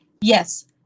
Yes